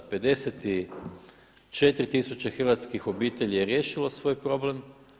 54 tisuće hrvatskih obitelji je riješilo svoj problem.